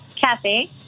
Kathy